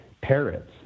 parrots